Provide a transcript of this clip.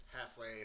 halfway